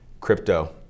Crypto